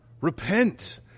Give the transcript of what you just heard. Repent